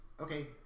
okay